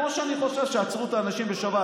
כמו שאני חושב שעצרו את האנשים בשבת,